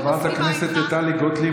חברת הכנסת טלי גוטליב,